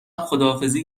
خداحافظی